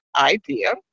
idea